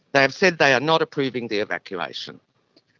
they have said they are not approving the evacuation.